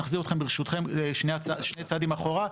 אני אחזיר אתכם ברשותכם שני צעדים אחורה,